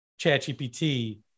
ChatGPT